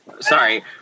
Sorry